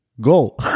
go